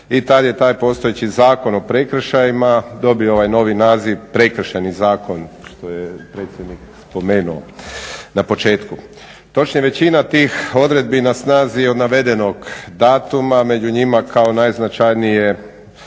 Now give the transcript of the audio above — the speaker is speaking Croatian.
i tad je taj postojeći Zakon o prekršajima dobio ovaj novi naziv Prekršajni zakon što je predsjednik spomenuo na početku. Točnije, većina tih odredbi na snazi je od navedenog datuma, a među njima kao najznačajniji